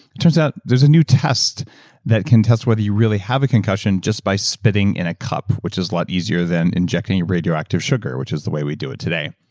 it turns out there's a new test that can test whether you really have a concussion just by spitting in a cup, which is a lot easier than injecting radioactive sugar, which is the way we do it today.